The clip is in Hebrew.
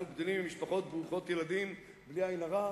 אנחנו גדלים עם משפחות ברוכות ילדים, בלי עין הרע,